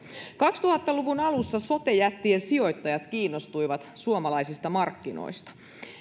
kaksituhatta luvun alussa sote jättien sijoittajat kiinnostuivat suomalaisista markkinoista